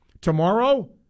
Tomorrow